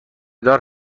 دار